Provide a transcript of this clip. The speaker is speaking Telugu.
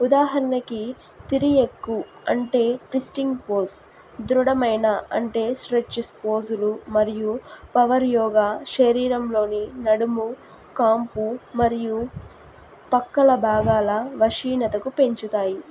ఉదాహరణకి తిర్యక్కు అంటే ట్విస్టింగ్ పోజ్ దృఢమైన అంటే స్ట్రెచెస్ పోజులు మరియు పవర్ యోగా శరీరంలోని నడుము కాంపు మరియు పక్కల భాగాల వశ్యతను పెంచుతాయి